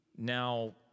Now